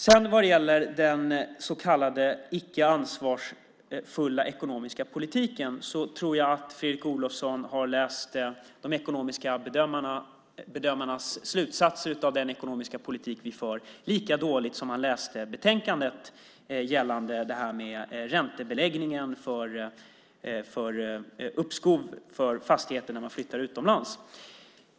När det gäller den så kallade icke ansvarsfulla ekonomiska politiken tror jag att Fredrik Olovsson har läst de ekonomiska bedömarnas slutsatser av den ekonomiska politik vi för lika dåligt som han läste betänkandet gällande detta med räntebeläggningen av uppskov för fastigheter när man flyttar utomlands.